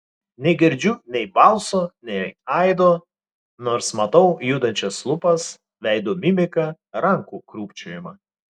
negirdžiu nei balso nei aido nors matau judančias lūpas veido mimiką rankų krūpčiojimą